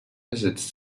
besitz